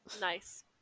nice